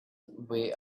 way